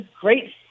great